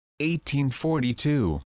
1842